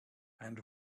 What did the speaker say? and